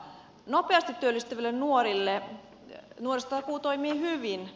nopeasti työllistyville nuorille nuorisotakuu toimii hyvin